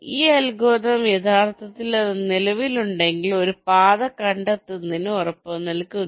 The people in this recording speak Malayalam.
ഈ അൽഗോരിതം യഥാർത്ഥത്തിൽ അത് നിലവിലുണ്ടെങ്കിൽ ഒരു പാത കണ്ടെത്തുന്നതിന് ഉറപ്പുനൽകുന്നു